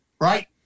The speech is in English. right